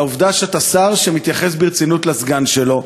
לעובדה שאתה שר שמתייחס ברצינות לסגן שלו,